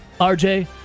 RJ